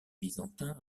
byzantins